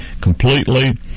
completely